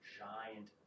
giant